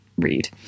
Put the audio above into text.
Read